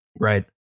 Right